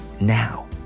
now